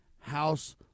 House